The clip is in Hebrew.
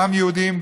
גם יהודים,